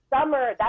summer